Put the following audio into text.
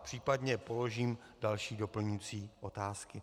Případně položím další doplňující otázky.